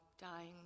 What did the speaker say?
dying